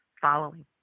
following